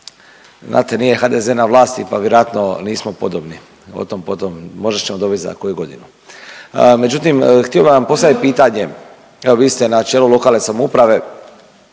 znate nije HDZ na vlasti pa vjerojatno nismo podobni, o tom po tom, možda ćemo dobiti za koju godinu. Međutim, htio bi vam postaviti pitanje. Evo vi ste na čelu lokalne samouprave